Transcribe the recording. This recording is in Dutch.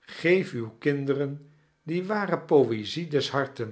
geef uw kinderen die ware poezie des hartea